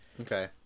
Okay